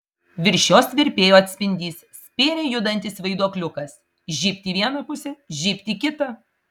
virš jos virpėjo atspindys spėriai judantis vaiduokliukas žybt į vieną pusę žybt į kitą